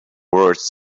words